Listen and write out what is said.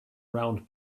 round